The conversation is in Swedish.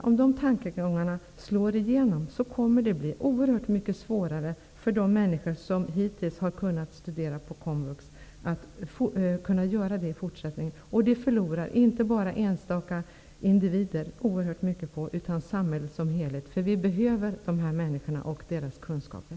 Om de tankegångarna kommer att slå igenom kommer det att bli oerhört mycket svårare för de människor som hittills har kunnat studera på komvux att göra det i framtiden. Det förlorar inte bara enstaka individer oerhört mycket på, utan det gäller även samhället som helhet. Vi behöver dessa människor och deras kunskaper.